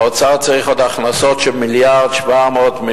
האוצר צריך עוד הכנסות של 1.7 מיליארד ש"ח.